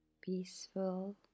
peaceful